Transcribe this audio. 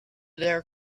their